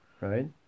Right